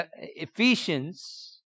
Ephesians